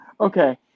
okay